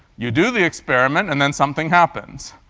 you do the experiment and then something happens.